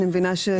אני מבינה שזה לא.